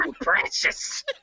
precious